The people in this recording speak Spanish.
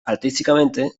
artísticamente